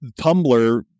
Tumblr